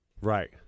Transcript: Right